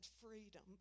freedom